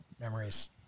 memories